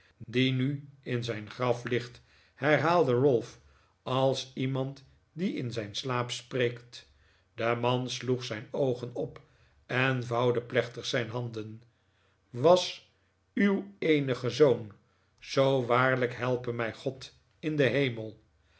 die nu in zijn graf ligt herhaalde ralph als iemand die in zijn slaap spreekt de man sloeg zijn oogen op en vouwde plechtig zijn handen was uw eenige zoon zoo waarlijk helpe mij god in den hemel